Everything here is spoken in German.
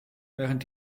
während